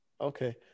Okay